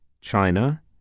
China